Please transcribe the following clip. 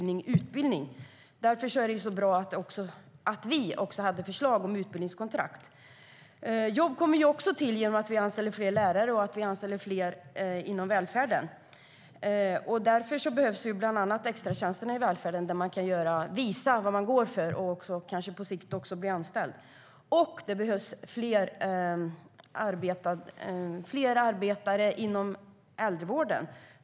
Därför var det bra att vi hade ett förslag om utbildningskontrakt. Jobb kommer också till genom att vi anställer fler lärare och fler inom välfärden. Bland annat därför behövs extratjänsterna i välfärden. Där kan man visa vad man går för och kanske på sikt också bli anställd. Det behövs också fler arbetare inom äldrevården.